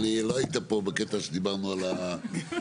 לא היית פה בקטע שדיברנו על המשיח.